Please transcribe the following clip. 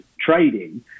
trading